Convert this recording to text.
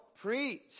preach